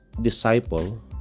disciple